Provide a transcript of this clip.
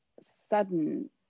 sudden